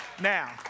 Now